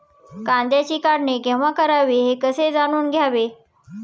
कांद्याची काढणी केव्हा करावी हे कसे जाणून घ्यावे?